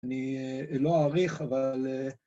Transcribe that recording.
‫אני לא אעריך, אבל...